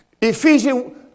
Ephesians